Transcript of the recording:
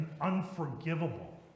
unforgivable